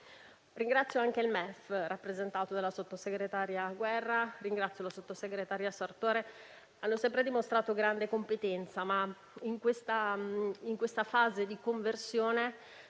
Ringrazio anche il MEF, rappresentato della sottosegretaria Guerra, e ringrazio la sottosegretaria Sartore; hanno sempre dimostrato grande competenza, ma in questa in questa fase di conversione